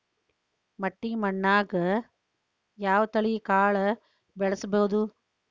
ಮಟ್ಟಿ ಮಣ್ಣಾಗ್, ಯಾವ ತಳಿ ಕಾಳ ಬೆಳ್ಸಬೋದು?